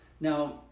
now